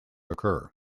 occur